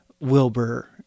Wilbur